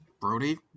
Brody